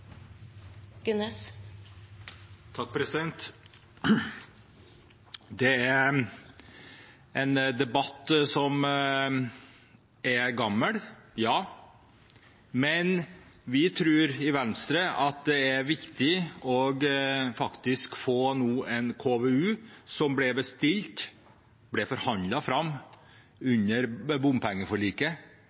debatt som er gammel – ja – men vi i Venstre tror det er viktig å få en KVU. Den ble bestilt og forhandlet fram under bompengeforliket.